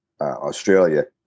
Australia